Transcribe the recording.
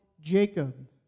Jacob